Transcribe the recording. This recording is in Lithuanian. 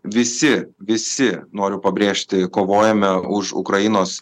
visi visi noriu pabrėžti kovojame už ukrainos